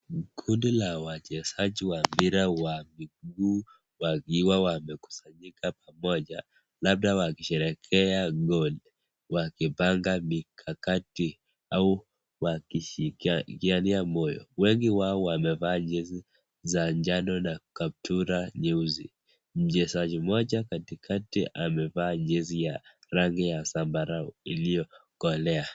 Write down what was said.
Ni kundi la wachezaji wa mpira wa miguu wakiwa wamekusanyika pamoja, labda kwa kushrehekea goli wakipanga mikakati au wakishikania moyo, wengi wao wamevaa jezi za njano na kaptura nyeusi, mchezaji mmoja katikati amevaa jezi za rangi ya zambarau ilio kolea.